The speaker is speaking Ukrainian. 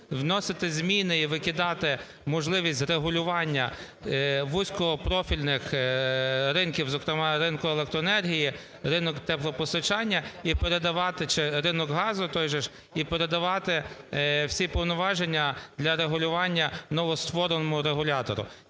вносити зміни і викидати можливість регулювання вузькопрофільних ринків, зокрема ринку електроенергії, ринок теплопостачання і передавати… чи ринок газу той же ж і передавати всі повноваження для регулювання новоствореного регулятора.